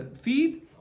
feed